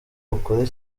ukore